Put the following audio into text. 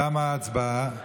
תמה ההצבעה.